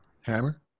hammer